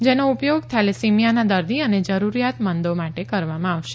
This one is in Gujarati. જેનો ઉપયોગ થેલેસેમિયાના દર્દી અને જરૂરિયાતમંદો માટે કરવામાં આવશે